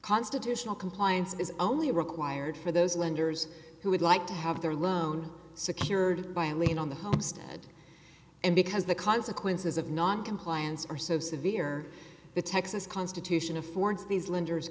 constitutional compliance is only required for those lenders who would like to have their loan secured by a lien on the homestead and because the consequences of noncompliance are so severe the texas constitution affords these lenders